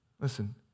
Listen